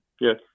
yes